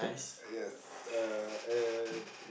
yes uh and